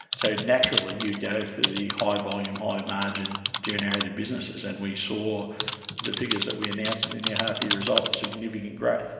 so naturally you go for the high volume, high margin generated businesses, and we saw the figures that we announced in and the half year results, significant growth